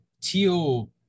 Teal